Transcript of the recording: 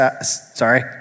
Sorry